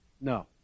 No